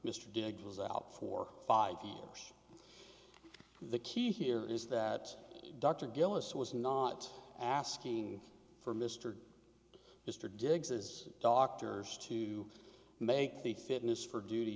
mr diggs was out for five years the key here is that dr gillis was not asking for mr mr diggs is doctors to make the fitness for duty